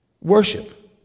worship